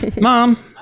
Mom